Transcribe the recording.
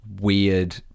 weird